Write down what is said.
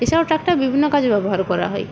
এছাড়াও ট্র্যাক্টর বিভিন্ন কাজে ব্যবহার করা হয়